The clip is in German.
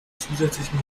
zusätzlichen